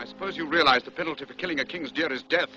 i suppose you realize the penalty for killing a king's death